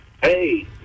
hey